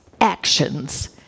actions